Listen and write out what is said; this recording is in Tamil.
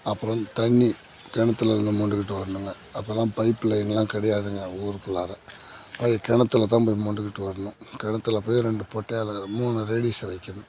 அப்புறம் தண்ணி கிணத்துலருந்து மொண்டுக்கிட்டு வரணுங்க அப்போலாம் பைப் லைன்லாம் கிடையாதுங்க ஊருக்குள்ளாரே அது கிணத்துல தான் போய் மொண்டுக்கிட்டு வரணும் கிணத்துல போய் ரெண்டு பொட்டையாள் மூணு லேடீஸை வைக்கணும்